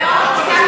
דיינות?